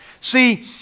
See